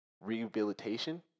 rehabilitation